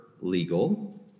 legal